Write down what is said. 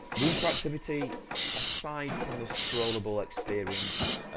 the interactivity aside from the scrollable experience,